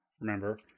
remember